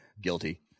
Guilty